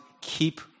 keep